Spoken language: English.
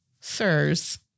sirs